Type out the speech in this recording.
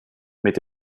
mit